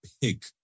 pick